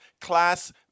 class